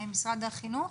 משרד החינוך,